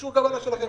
אישור קבלה שלכם.